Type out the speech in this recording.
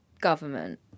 government